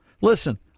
Listen